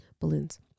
balloons